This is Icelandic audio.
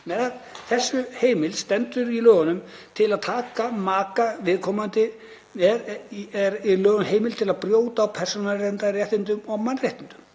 þessi heimild stendur í lögunum, að taka maka viðkomandi með, er í lögum heimild til að brjóta á persónuverndarréttindum og mannréttindum.